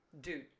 Dude